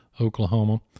Oklahoma